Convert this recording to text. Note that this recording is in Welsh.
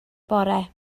bore